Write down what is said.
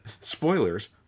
Spoilers